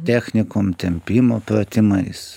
technikom tempimo pratimais